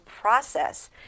process